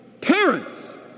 parents